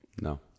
No